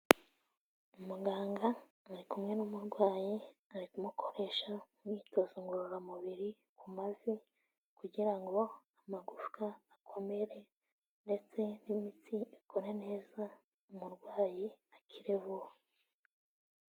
Umuganga ari kumwe n'umurwayi ari kumukoresha imyitozo ngororamubiri ku mavi kugira ngo amagufwa akomere ndetse n'imitsi ikore neza, umurwayi akire vuba.